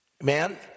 Man